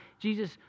Jesus